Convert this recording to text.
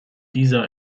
dieser